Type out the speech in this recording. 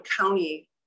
County